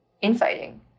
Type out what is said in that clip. infighting